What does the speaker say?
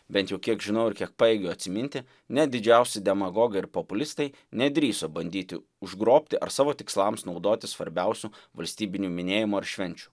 bent jau kiek žinau ir kiek pajėgiu atsiminti net didžiausi demagogai ir populistai nedrįso bandyti užgrobti ar savo tikslams naudoti svarbiausių valstybinių minėjimų ar švenčių